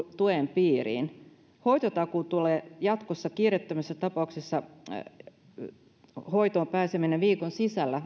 piiriin on esitetty että hoitotakuu tulee jatkossa kiireettömissä tapauksissa niin että hoitoon pääsee viikon sisällä